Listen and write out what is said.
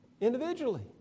Individually